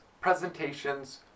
presentations